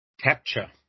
capture